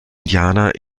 indianer